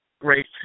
Great